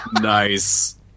Nice